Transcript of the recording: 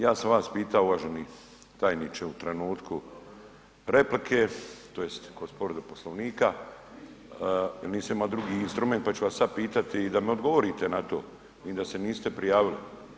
Ja sam vas pitao uvaženi tajniče u trenutku replike, tj. kod povrede Poslovnika jer nisam imao drugi instrument pa ću vas sad pitati da mi odgovorite na to, vidim da se niste prijavili.